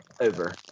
over